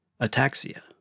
ataxia